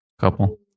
couple